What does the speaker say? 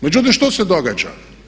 Međutim, što se događa?